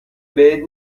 بهت